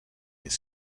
his